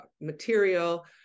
material